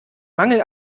mangel